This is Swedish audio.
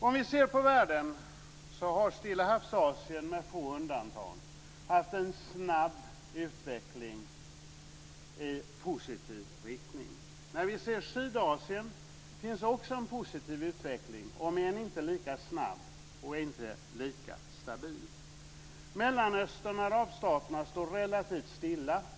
Om vi ser på världen ser vi att Stilla havs-Asien med få undantag har haft en snabb utveckling i positiv riktning. När vi ser på Sydasien ser vi också att det finns en positiv utveckling, om än inte lika snabb och inte lika stabil. Mellanöstern och arabstaterna står relativt stilla.